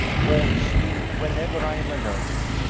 haunts me whenever i am alone.